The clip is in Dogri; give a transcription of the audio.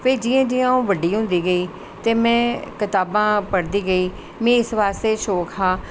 ते जियां जियां अऊं बड्डी होंदी गेई ते में कताबा पढ़दी गेई में इस बास्ते शौंक हा